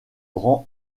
rang